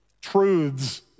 truths